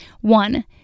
One